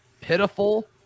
pitiful